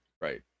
right